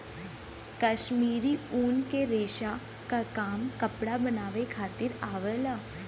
कश्मीरी ऊन के रेसा क काम कपड़ा बनावे खातिर आवला